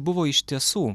buvo iš tiesų